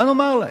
מה נאמר להם?